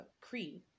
creed